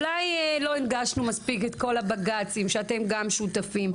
אולי לא הדגשנו מספיק את הבג"צים שאתם גם שותפים,